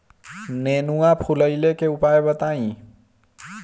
नेनुआ फुलईले के उपाय बताईं?